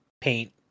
paint